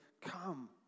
come